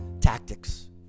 tactics